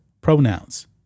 pronouns